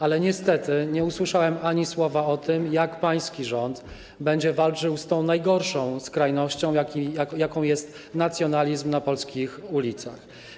Ale niestety nie usłyszałem ani słowa o tym, jak pański rząd będzie walczył z tą najgorszą skrajnością, jaką jest nacjonalizm na polskich ulicach.